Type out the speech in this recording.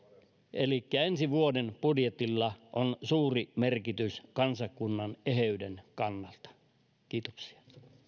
elikkä ensi vuoden budjetilla on suuri merkitys kansakunnan eheyden kannalta kiitoksia